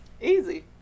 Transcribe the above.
easy